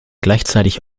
gleichzeitig